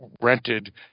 rented